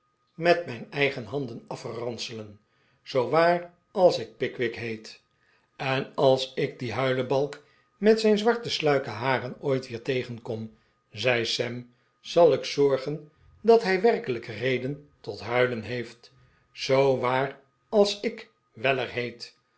met mijn eigen handen afranselen zoo waar als ik pickwick heet en als ik dien huilebalk met zijn zwarte sluike haren ooit weer tegenkom zei sam zal ik zorgen dat hij werkelijk reden tot huilen heeft zoo waar als ik weller heet